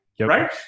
right